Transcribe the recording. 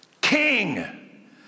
King